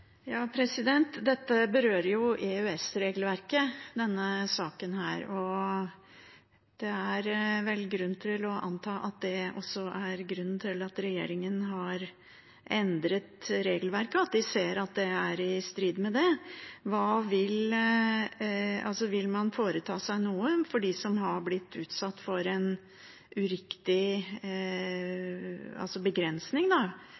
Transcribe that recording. jo av EØS-regelverket, og det er vel grunn til å anta at det også er grunnen til at regjeringen har endret regelverket – at de ser at det er i strid med det. Vil man foreta seg noe for dem som har blitt utsatt for en uriktig begrensning